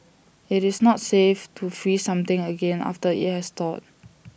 IT is not safe to freeze something again after IT has thawed